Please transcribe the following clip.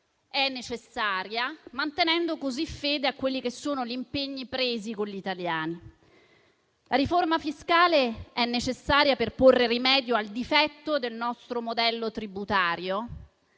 attesa, mantenendo così fede agli impegni presi con gli italiani. La riforma fiscale è necessaria per porre rimedio al difetto del nostro modello tributario,